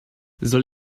soll